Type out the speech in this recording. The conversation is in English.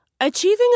Achieving